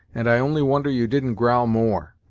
and i only wonder you didn't growl more.